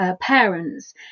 parents